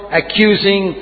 accusing